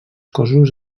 cossos